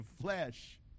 flesh